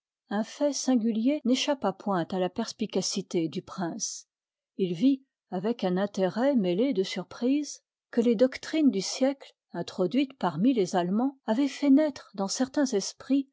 un fait singulier n'échappa point à la perspicacité du prince il vit avec un intérêt mêlé de surprise que les doctrines du siècle i part introduites parmi les allemands avoient i iv i fait naître dans certains esprits